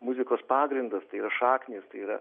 muzikos pagrindas tai yra šaknys tai yra